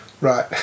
Right